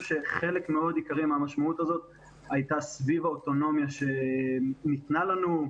שחלק מאוד עיקרי מהמשמעות הזאת הייתה סביב האוטונומיה שניתנה לנו,